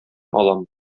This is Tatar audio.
алам